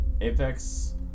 Apex